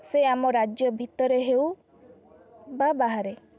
ସେ ଆମ ରାଜ୍ୟ ଭିତରେ ହେଉ ବା ବାହାରେ